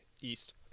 east